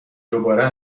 دوباره